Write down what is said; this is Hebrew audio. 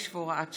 5 והוראת שעה),